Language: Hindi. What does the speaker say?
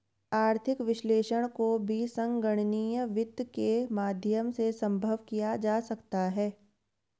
आर्थिक विश्लेषण को भी संगणकीय वित्त के माध्यम से सम्भव किया जा सकता है